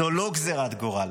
זו לא גזירת גורל,